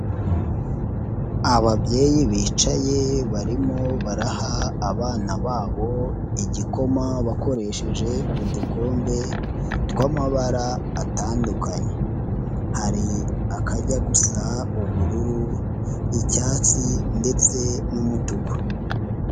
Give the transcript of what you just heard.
Ababyeyi bicaye barimo baraha abana babo igikoma bakoresheje udukombe tw'amabara atandukanye, hari akajya gusa ubururu, icyatsi ndetse n'umutuku.